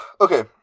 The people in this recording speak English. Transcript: Okay